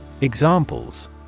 Examples